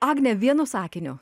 agne vienu sakiniu